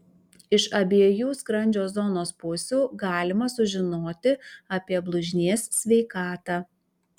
iš abiejų skrandžio zonos pusių galima sužinoti apie blužnies sveikatą